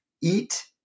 eat